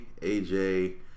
AJ